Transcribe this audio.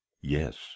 Yes